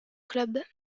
club